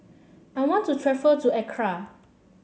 I want to to Accra